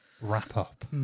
wrap-up